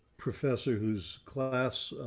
professor whose class,